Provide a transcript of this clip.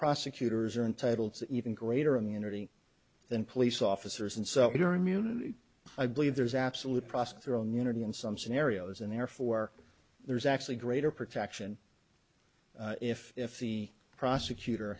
prosecutors are entitled to even greater amenity than police officers and so your immunity i believe there's absolute process thrown unity in some scenarios and therefore there's actually greater protection if if the prosecutor